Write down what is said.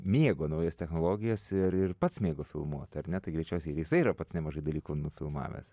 mėgo naujas technologijas ir ir pats mėgo filmuot ar ne tai greičiausiai ir jisai yra pats nemažai dalykų nufilmavęs